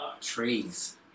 Trees